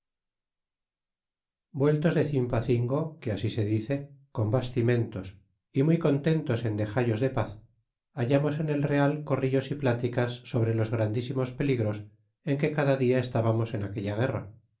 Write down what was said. vueltos de cirnpacingo que así se dice con bastimentos y muy contentos en dexallos de paz hallamos en el real corrillos y pláticas sobre los grandísimos peligros en que cada dia estábamos en aquella guerra